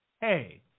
Hey